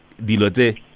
Dilote